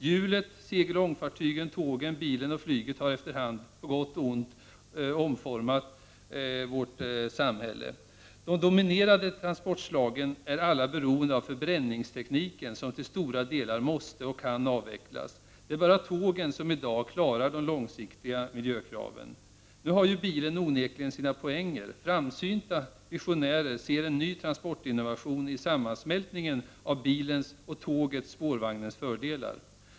Hjulet, segeloch ångfartygen, tågen, bilen och flyget har efter hand, på gott och ont, omformat vårt samhälle. De dominerande transportslagen är alla beroende av förbränningstekniken, som till stora delar måste och kan avvecklas. Det är bara tågen som i dag klarar de långsiktiga miljökraven. Nu har ju bilen onekligen sina poänger. Framsynta visionärer ser en ny transportinnovation i sammansmältningen av bilens och tågets/- spårvagnens fördelar.